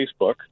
Facebook